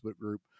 group